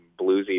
bluesy